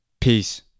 Peace